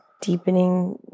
deepening